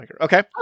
okay